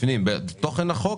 בתוכן החוק